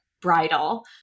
bridal